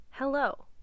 Hello